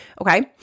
Okay